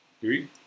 three